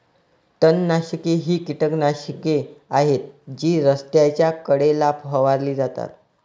तणनाशके ही कीटकनाशके आहेत जी रस्त्याच्या कडेला फवारली जातात